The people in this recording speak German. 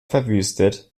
verwüstet